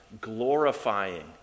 glorifying